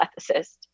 ethicist